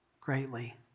greatly